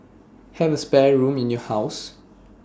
have A spare room in your house